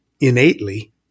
innately